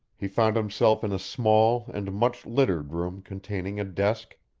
he found himself in a small and much-littered room containing a desk,